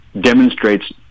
demonstrates